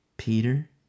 Peter